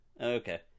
okay